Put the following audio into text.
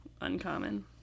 uncommon